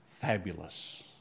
fabulous